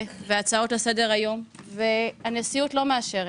והצעות לסדר-היום והנשיאות לא מאשרת.